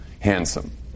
handsome